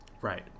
Right